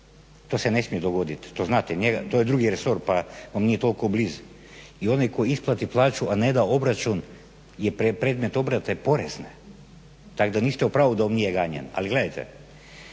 To se ne smije dogoditi. To znate. To je drugi resor pa vam nije toliko u brizi. I onaj koji isplati plaću a ne da obračun je predmet obrade porezne tak da niste u pravu da nije ganjan. Ali gledajte